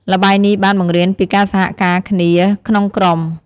ល្បែងនេះបានបង្រៀនពីការសហការគ្នាក្នុងក្រុម។